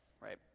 Right